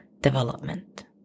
Development